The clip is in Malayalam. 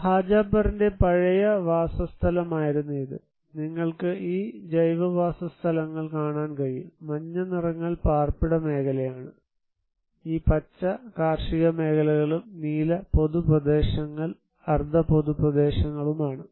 ഹജാപറിന്റെ പഴയ വാസസ്ഥലമായിരുന്നു ഇത് നിങ്ങൾക്ക് ഈ ജൈവ വാസസ്ഥലങ്ങൾ കാണാൻ കഴിയും മഞ്ഞ നിറങ്ങൾ പാർപ്പിട മേഖലയാണ് ഈ പച്ച കാർഷിക മേഖലകളും നീല പൊതു പ്രദേശങ്ങൾ അർദ്ധ പൊതു പ്രദേശങ്ങളുമാണ്